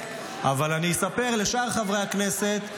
אבל אני אספר לשאר חברי הכנסת,